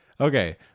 Okay